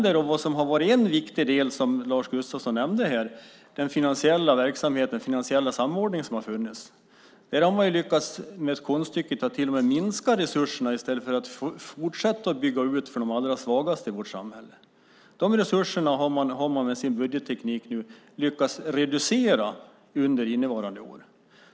En viktig del som Lars Gustafsson nämnde är den finansiella samordningen. Där har man lyckats med konststycket att till och med minska resurserna i stället för att fortsätta att bygga ut för de allra svagaste i vårt samhälle. De resurserna har man med hjälp av sin budgetteknik lyckats reducera under innevarande år.